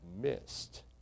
missed